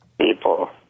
people